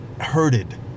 herded